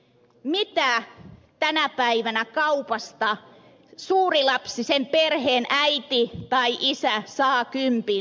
mitä tänä päivänä kaupasta suurilapsisen perheen äiti tai isä saa kympillä